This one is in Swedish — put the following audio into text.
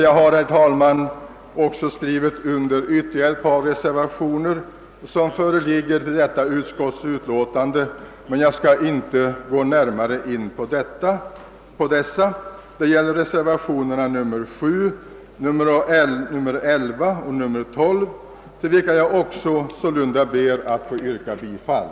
Jag har, herr talman, skrivit under ytterligare ett par reservationer som föreligger till detta utskottsutlåtande, men jag skall här inte gå närmare in på dessa. Det gäller reservationerna VII, XI och XII, till vilka jag sålunda också ber att få yrka bifall.